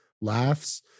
laughs